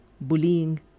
bullying